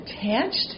attached